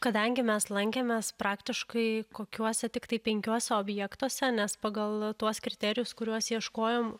kadangi mes lankėmės praktiškai kokiuose tiktai penkiuose objektuose nes pagal tuos kriterijus kuriuos ieškojom